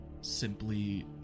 simply